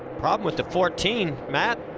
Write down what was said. problem with the fourteen, matt